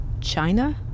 China